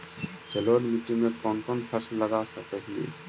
जलोढ़ मिट्टी में कौन कौन फसल लगा सक हिय?